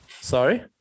Sorry